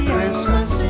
Christmas